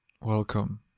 Welcome